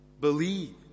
Believe